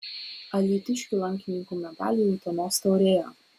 alytiškių lankininkų medaliai utenos taurėje